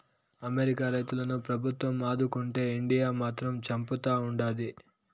America రైతులను ప్రభుత్వం ఆదుకుంటే ఇండియా మాత్రం చంపుతా ఉండాది